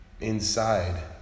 inside